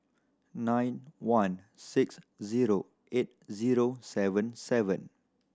nine one six zero eight zero seven seven